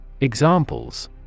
Examples